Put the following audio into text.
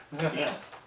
Yes